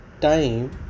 time